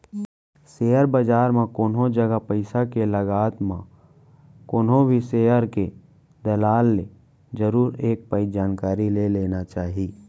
share बजार म कोनो जगा पइसा के लगात म कोनो भी सेयर के दलाल ले जरुर एक पइत जानकारी ले लेना चाही